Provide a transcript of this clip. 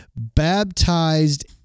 baptized